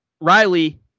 Riley